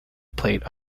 plate